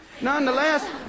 Nonetheless